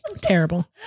terrible